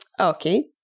Okay